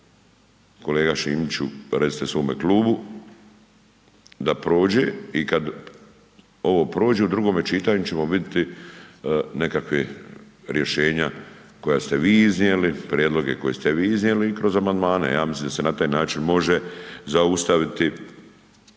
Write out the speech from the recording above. kolega Šimiću recite svome klubu da prođe i kad ovo prođe u drugome čitanju ćemo vidjeti nekakva rješenja koja ste vi iznijeli, prijedloge koje ste vi iznijeli i kroz amandmane. Ja mislim da se na taj način može zaustaviti